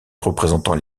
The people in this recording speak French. représentants